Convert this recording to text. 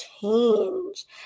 change